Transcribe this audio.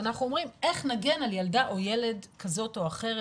ואנחנו אומרים איך נגן על ילדה או ילד כזאת או אחרת,